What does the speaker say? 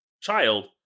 child